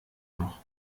noch